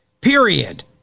period